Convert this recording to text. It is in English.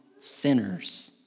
sinners